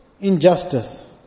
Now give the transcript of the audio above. injustice